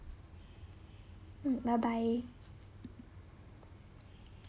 mm bye bye